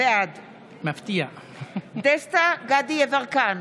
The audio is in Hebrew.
בעד דסטה גדי יברקן,